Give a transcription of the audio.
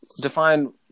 Define